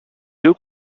deux